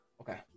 Okay